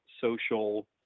social